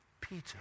Peter